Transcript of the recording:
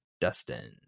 Dustin